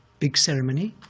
big ceremony.